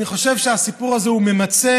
אני חושב שהסיפור הזה ממצה